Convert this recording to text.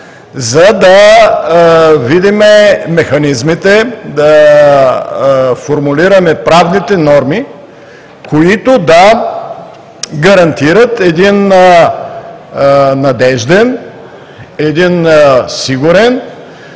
за да видим механизмите, да формулираме правните норми, които да гарантират надежден, сигурен